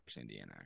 Indiana